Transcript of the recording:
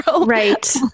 Right